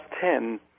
ten